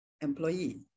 employee